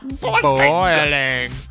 boiling